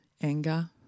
Anger